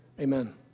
Amen